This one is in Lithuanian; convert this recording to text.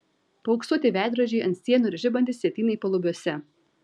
paauksuoti veidrodžiai ant sienų ir žibantys sietynai palubiuose